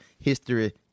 history